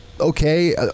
okay